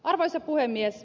arvoisa puhemies